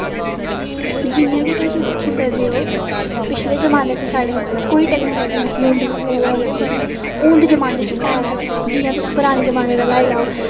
जियां कि तुस दिक्खी सकदे हो पिछले जमाने च साढ़े कोई टेक्नोलाॅजी नेईं ही होंदी हून दे जमाने च एह् जियां तुस पराने जमाने दा लेई लो